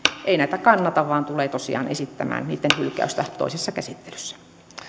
ei näitä kannata vaan tulee tosiaan esittämään niitten hylkäystä toisessa käsittelyssä